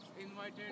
invited